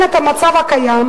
אחר כך באים החברים